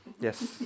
Yes